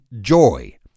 joy